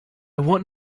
want